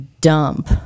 dump